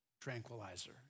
tranquilizer